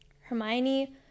Hermione